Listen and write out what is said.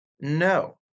No